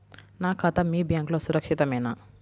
నా ఖాతా మీ బ్యాంక్లో సురక్షితమేనా?